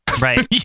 Right